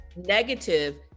negative